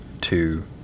two